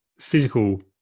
physical